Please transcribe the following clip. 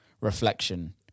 reflection